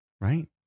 Right